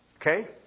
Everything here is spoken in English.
okay